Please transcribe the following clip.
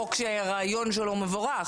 חוק שהרעיון שלו מבורך,